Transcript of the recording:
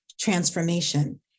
transformation